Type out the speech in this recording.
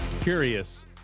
curious